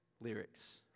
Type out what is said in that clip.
lyrics